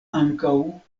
ankaŭ